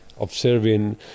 observing